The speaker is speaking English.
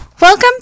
Welcome